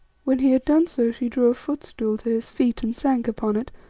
when he had done so she drew a footstool to his feet and sank upon it,